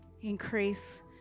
Increase